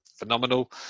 phenomenal